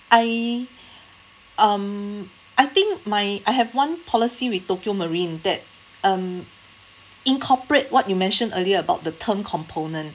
I um I think my I have one policy with tokio marine that um incorporate what you mentioned earlier about the term component